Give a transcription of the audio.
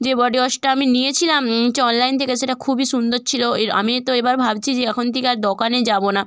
যে বডিওয়াশটা আমি নিয়েছিলাম হচ্ছে অনলাইন থেকে সেটা খুবই সুন্দর ছিলো এর আমি তো এবার ভাবছি যে এখন থেকে আর দোকানে যাবো না